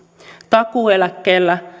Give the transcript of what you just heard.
takuueläkkeellä